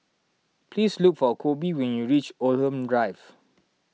please look for Coby when you reach Oldham Drive